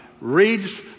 reads